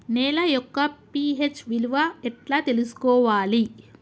నేల యొక్క పి.హెచ్ విలువ ఎట్లా తెలుసుకోవాలి?